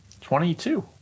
Twenty-two